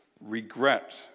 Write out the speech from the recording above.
regret